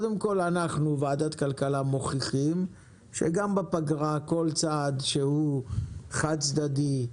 ועדת הכלכלה מוכיחה שגם בפגרה בכל צעד שהוא חד צדדי,